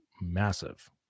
massive